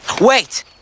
Wait